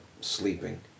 sleeping